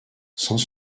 sans